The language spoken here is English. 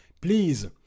please